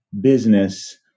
business